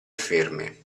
ferme